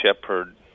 shepherd